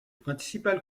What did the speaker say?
principales